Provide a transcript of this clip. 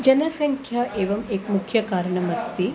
जनसङ्ख्या एवम् एकं मुख्यकारणमस्ति